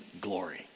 glory